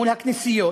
מול הכנסיות,